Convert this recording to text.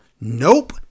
Nope